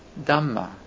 Dhamma